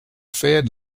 fed